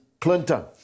Clinton